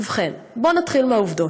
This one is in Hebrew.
ובכן, בוא נתחיל בעובדות.